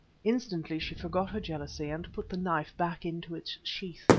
instantly she forgot her jealousy and put the knife back into its sheath.